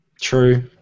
True